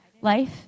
life